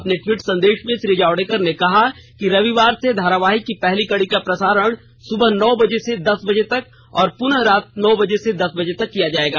अपने टवीट संदेष में श्री जावडेकर ने कहा कि रविवार से धारावाहिक की पहली कड़ी का प्रसारण सुबह नौ बजे से दस बजे तक और पुनः रात नौ बजे से दस बजे तक किया जायेगा